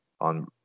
on